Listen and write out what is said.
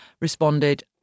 responded